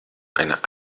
einer